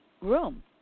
room